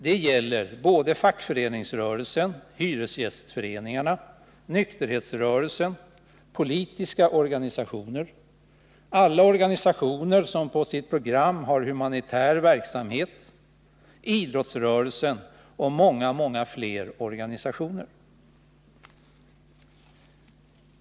Det gäller fackföreningsrörelsen, hyresgästföreningarna, nykterhetsrörelsen, politiska organisationer, alla organisationer som på sitt program har humanitär verksamhet, idrottsrörelsen och många fler organisationer.